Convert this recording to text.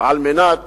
על מנת